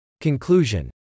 Conclusion